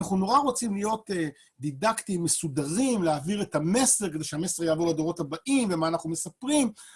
אנחנו נורא רוצים להיות דידקטים מסודרים, להעביר את המסר כדי שהמסר יעבור לדורות הבאים, ומה אנחנו מספרים.